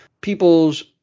people's